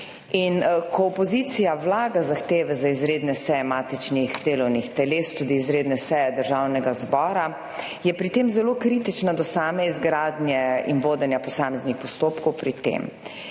Ko opozicija vlaga zahteve za izredne seje matičnih delovnih teles, tudi izredne seje Državnega zbora je pri tem zelo kritična do same izgradnje in vodenja posameznih postopkov pri tem